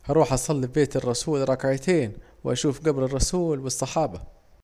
هروح أصلي في بيت الرسول ركعتين واشوف جبر الرسول والصحابة